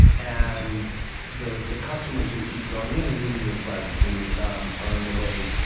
and the the customers who keep going in and eating this lousy food um are, in a way,